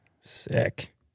Sick